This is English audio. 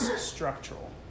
structural